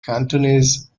cantonese